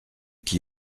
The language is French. qui